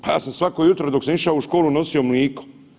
Pa ja sam svako jutro dok sam išao u školu nosio mliko.